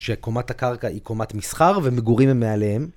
שקומת הקרקע היא קומת מסחר, ומגורים הם מעליהם.